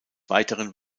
weiteren